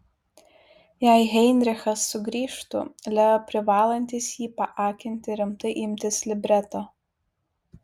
jei heinrichas sugrįžtų leo privalantis jį paakinti rimtai imtis libreto